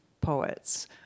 poets